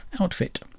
outfit